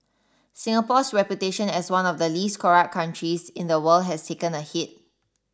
Singapore's reputation as one of the least corrupt countries in the world has taken a hit